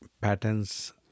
patterns